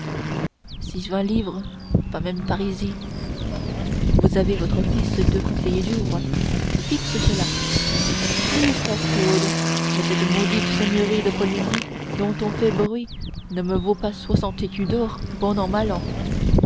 six vingt livres pas même parisis vous avez votre office de conseiller du roi c'est fixe cela oui confrère claude mais cette maudite seigneurie de poligny dont on fait bruit ne me vaut pas soixante écus d'or bon an mal an